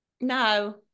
No